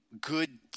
good